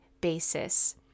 basis